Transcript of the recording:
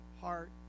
heart